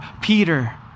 Peter